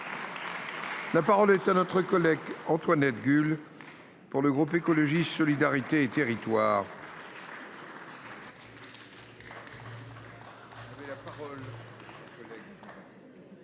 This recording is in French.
La parole est à Mme Antoinette Guhl, pour le groupe Écologiste – Solidarité et Territoires.